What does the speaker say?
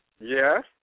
Yes